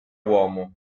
uomo